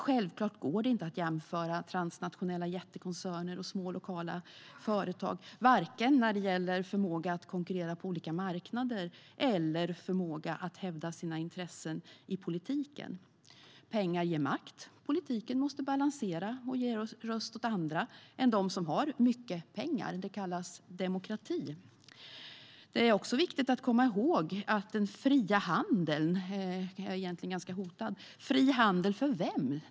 Självklart går det inte att jämföra transnationella jättekoncerner och små, lokala företag vare sig när det gäller förmåga att konkurrera på olika marknader eller när det gäller förmåga att hävda sina intressen i politiken. Pengar ger makt, och politiken måste balansera och ge röst åt andra än dem som har mycket pengar. Det kallas demokrati. Det är också viktigt att komma ihåg att den fria handeln egentligen är ganska hotad. Fri handel för vem?